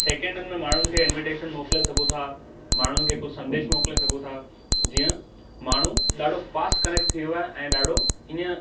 सेकंडनि में माण्हुनि खे इनवीटेशन मोकिले सघूं था माण्हुनि खे कुझु संदेश मोकिले सघूं था जीअं माण्हू ॾाढो फास्ट कनेक्ट थी वियो आहे ऐं ॾाढो ईअं